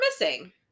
missing